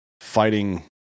fighting